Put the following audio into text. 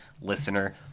listener